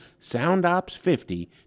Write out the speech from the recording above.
soundops50